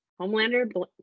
homelander